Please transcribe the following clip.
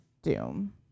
Doom